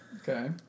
Okay